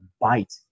bite